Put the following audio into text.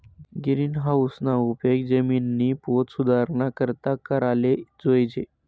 गिरीनहाऊसना उपेग जिमिननी पोत सुधाराना करता कराले जोयजे